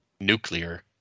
Nuclear